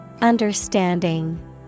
Understanding